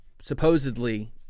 supposedly